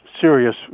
serious